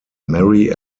mary